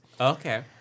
Okay